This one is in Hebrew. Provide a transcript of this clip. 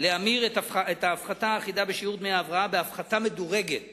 להמיר את ההפחתה האחידה בשיעור דמי ההבראה בהפחתה מדורגת